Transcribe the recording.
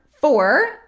four